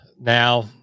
Now